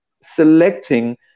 selecting